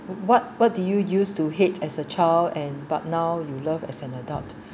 what what did you use to hate as a child and but now you love as an adult